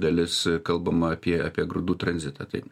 dalis kalbama apie apie grūdų tranzitą tai